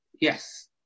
Yes